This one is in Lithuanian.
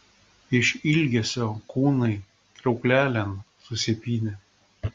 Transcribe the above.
iš ilgesio kūnai kriauklelėn susipynė